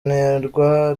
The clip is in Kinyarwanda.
nterwa